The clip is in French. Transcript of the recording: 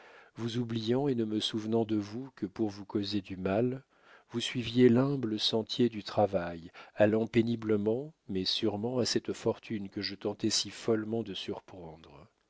vous oubliant et ne me souvenant de vous que pour vous causer du mal vous suiviez l'humble sentier du travail allant péniblement mais sûrement à cette fortune que je tentais si follement de surprendre